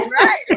right